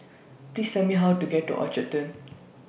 Please Tell Me How to get to Orchard Turn